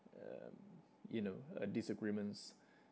um you know uh disagreements